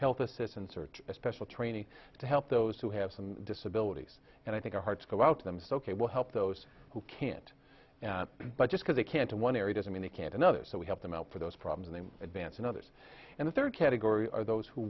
health assistance or a special training to help those who have some disabilities and i think our hearts go out to them so ok we'll help those who can't but just because they can't in one area doesn't mean they can't another so we help them out for those problems they advance and others and the third category are those who